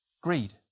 greed